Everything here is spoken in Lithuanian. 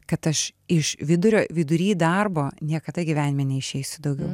kad aš iš vidurio vidury darbo niekada gyvenime neišeisiu daugiau